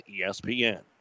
ESPN